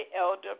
Elder